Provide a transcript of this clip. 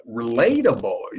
relatable